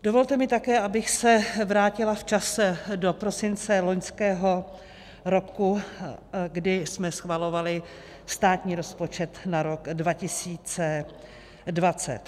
Dovolte mi také, abych se vrátila v čase do prosince loňského roku, kdy jsme schvalovali státní rozpočet na rok 2020.